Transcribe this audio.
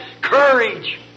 courage